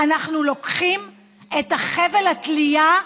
אנחנו לוקחים את חבל התלייה,